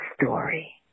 story